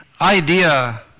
idea